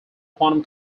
quantum